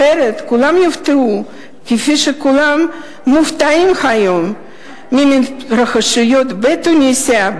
אחרת כולם יופתעו כפי שכולם מופתעים היום מההתרחשויות בתוניסיה,